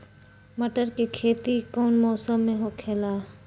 मटर के खेती कौन मौसम में होखेला?